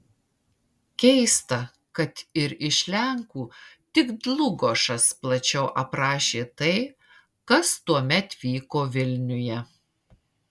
keista kad ir iš lenkų tik dlugošas plačiau aprašė tai kas tuomet vyko vilniuje